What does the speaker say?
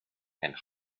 and